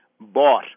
bought